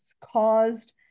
caused